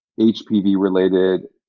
HPV-related